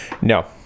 No